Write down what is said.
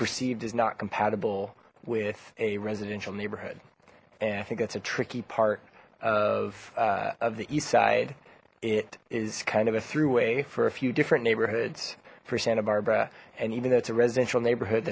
perceived is not compatible with a residential neighborhood and i think that's a tricky part of of the eastside it is kind of a throughway for a few different neighborhoods for santa barbara and even though it's a residential neighborhood